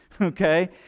okay